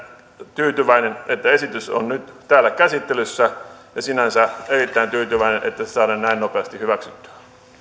tyytyväinen että esitys on nyt täällä käsittelyssä ja sinänsä erittäin tyytyväinen että se saadaan näin nopeasti hyväksyttyä